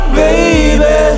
baby